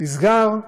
זה נסגר,